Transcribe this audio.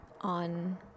on